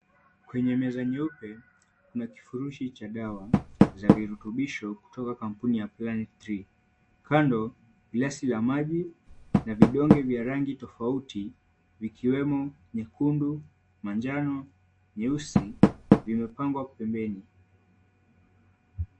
Kwenye meza nyeupe kuna kifurushi cha dawa za virutubisho kutoka kampuni ya Ply 3 ,kando glesi la maji na vidonge vya rangi tofauti vikiwemo nyekundu, manjano ,nyeusi vimepangwa pembeni.